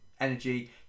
energy